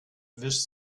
wischt